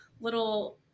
little